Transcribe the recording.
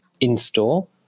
in-store